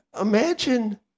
Imagine